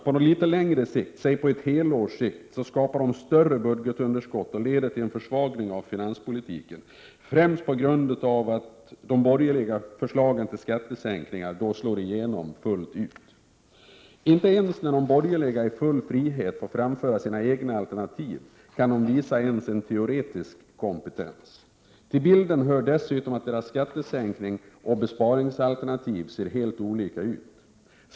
På litet längre sikt, ja redan på ett helårs sikt, skapar de större budgetunderskott och leder till en försvagning av finanspolitiken, främst på grund av att de borgerliga förslagen till skattesänkningar då slår igenom fullt ut. Inte ens när de borgerliga i full frihet får framföra sina egna alternativ kan de visa en teoretisk kompetens. Till bilden hör dessutom att deras skattesänkningsoch besparingsalternativ ser helt olika ut.